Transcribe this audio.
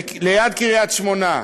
ליד קריית-שמונה,